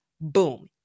Boom